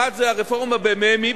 אחת זה הרפורמה בממ"י,